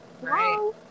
Right